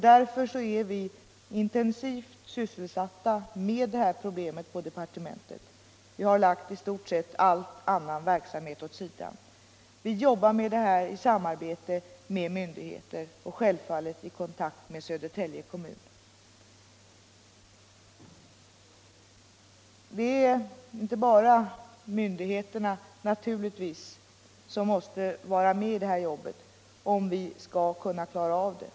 Därför är vi intensivt sysselsatta med denna fråga, och vi har i stort sett lagt all annan verksamhet åt sidan. Vi samarbetar med myndigheter och självfallet med Södertälje kommun. Naturligtvis är det inte bara myndigheter som måste vara med i det här jobbet, om vi skall kunna klara av det.